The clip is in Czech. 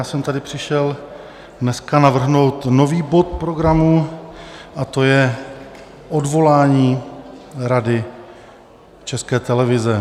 Já jsem tady přišel dneska navrhnout nový bod programu, a to je Odvolání Rady České televize.